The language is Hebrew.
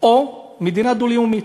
או מדינה דו-לאומית.